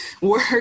work